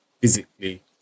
physically